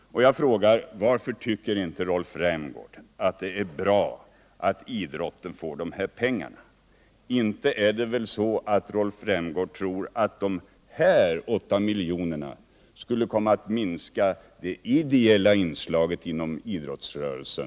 Jag frågar: Varför tycker inte Rolf Rämgård att det är bra att idrotten får de här pengarna? Inte tror väl Rolf Rämgård att de 8 miljonerna skulle komma att för framtiden minska det ideella inslaget i idrottsrörelsen.